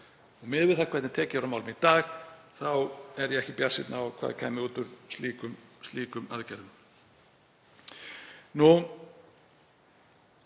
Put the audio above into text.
Miðað við hvernig tekið er á málum í dag þá er ég ekki bjartsýnn á hvað kæmi út úr slíkum aðgerðum.